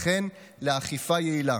וכן לאכיפה יעילה.